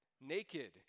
Naked